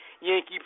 Yankee